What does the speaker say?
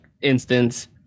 instance